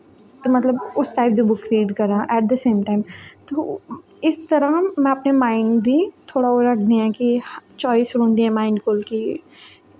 ते मतलब उस टाइप दी बुक रीड करां ऐट दी सेम टाइम ते इस त'रा में अपने माइंड दी थोह्ड़ा ओह् रखदी आं कि चाइस रौंह्दी ऐ माइंड कोल कि